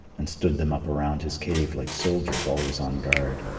and stood them up around his cave like soldiers always on guard.